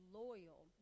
loyal